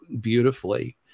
beautifully